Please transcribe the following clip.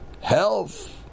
health